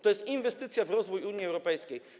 To jest inwestycja w rozwój Unii Europejskiej.